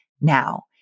now